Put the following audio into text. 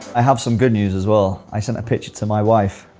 i have some good news as well! i sent a picture to my wife.